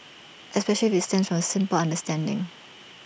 especially if IT stems from A simple understanding